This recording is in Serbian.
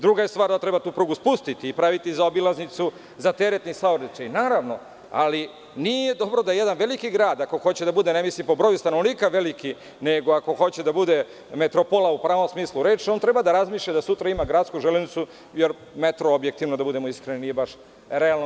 Druga je stvar da treba tu prugu spustiti i praviti zaobilaznicu za teretni saobraćaj, naravno, ali nije dobro da jedan veliki grad, ako hoće da bude, ne mislim po broju stanovnika veliki, nego ako hoće da bude metropola u pravom smislu reči, on treba da razmišlja i da sutra ima gradsku železnicu, jer metro nije realan.